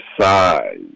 size